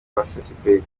basesekaye